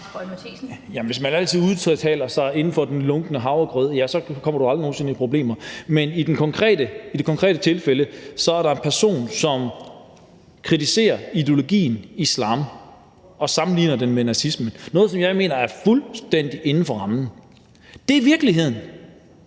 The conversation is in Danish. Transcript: hvis man altid udtaler sig inden for den lunkne havregrød, kommer man aldrig nogen sinde i problemer, men i det konkrete tilfælde er der en person, som kritiserer ideologien islam og sammenligner den med nazismen – noget, som jeg mener er fuldstændig inden for rammen. Det er virkeligheden.